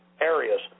areas